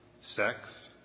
sex